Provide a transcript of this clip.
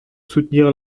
soutenir